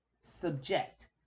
subject